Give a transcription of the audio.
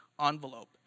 envelope